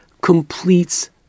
completes